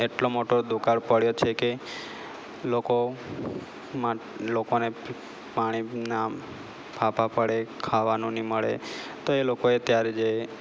એટલો મોટો દુકાળ પડ્યો છે કે લોકોમાં લોકોને પાણીના ફાંફા પડે ખાવાનું નહીં મળે તો એ લોકોએ ત્યારે જે